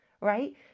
right